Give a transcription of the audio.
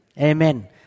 Amen